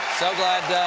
so glad